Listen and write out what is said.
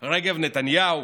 רגב, נתניהו